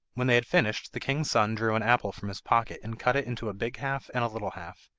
when they had finished the king's son drew an apple from his pocket, and cut it into a big half and a little half,